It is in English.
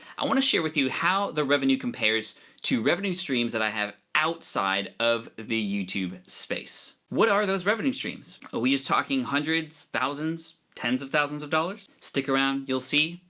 i wanna share with you how the revenue compares to revenue streams that i have outside of the youtube space. what are those revenue streams? are we just talking hundreds, thousands, tens of thousands of dollars? stick around, you'll see.